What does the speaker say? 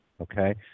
okay